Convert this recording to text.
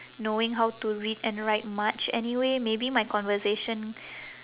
knowing how to read and write much anyway maybe my conversation